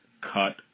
cut